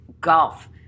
golf